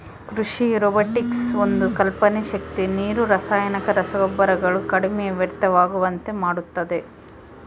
ಕೃಷಿ ರೊಬೊಟಿಕ್ಸ್ ಒಂದು ಕಲ್ಪನೆ ಶಕ್ತಿ ನೀರು ರಾಸಾಯನಿಕ ರಸಗೊಬ್ಬರಗಳು ಕಡಿಮೆ ವ್ಯರ್ಥವಾಗುವಂತೆ ಮಾಡುತ್ತದೆ